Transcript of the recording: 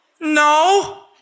No